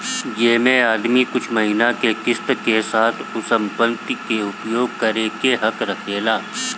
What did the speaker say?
जेमे आदमी कुछ महिना के किस्त के साथ उ संपत्ति के उपयोग करे के हक रखेला